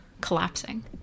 collapsing